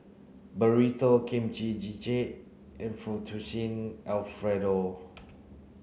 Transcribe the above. Burrito Kimchi Jjigae and Fettuccine Alfredo